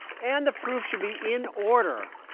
and the proof should be in order.